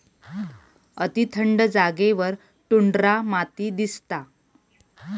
अती थंड जागेवर टुंड्रा माती दिसता